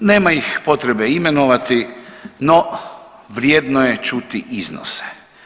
Nema ih potrebe imenovati no vrijedno je čuti iznose.